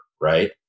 right